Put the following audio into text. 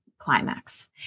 climax